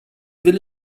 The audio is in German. will